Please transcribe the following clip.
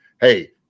hey